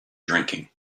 drinking